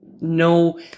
no